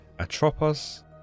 Atropos